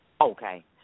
Okay